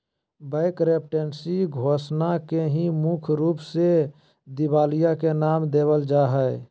bankruptcy घोषणा के ही मुख्य रूप से दिवालिया के नाम देवल जा हय